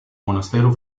monastero